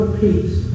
peace